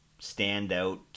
standout